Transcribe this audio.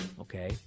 okay